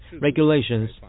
regulations